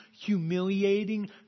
humiliating